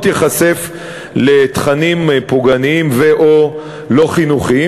ייחשף לתכנים פוגעניים או לא חינוכיים,